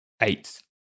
eight